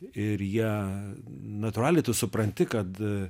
ir jie natūraliai tu supranti kad